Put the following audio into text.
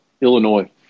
Illinois